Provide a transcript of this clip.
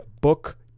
Book